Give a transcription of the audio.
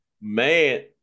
Man